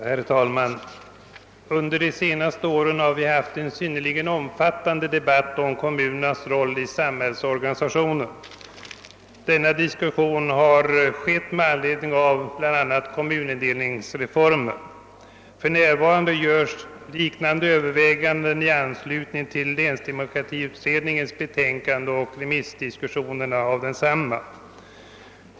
Herr talman! Under de senaste åren har det förts en synnerligen omfattande diskussion om kommunernas roll i samhällsorganisationen. Denna diskussion har förts med anledning av kommunindelningsreformen. För närvarande görs liknande överväganden i anledning av länsdemokratiutredningens betänkande och remissutlåtandena över detta.